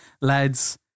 Lads